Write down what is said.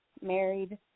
married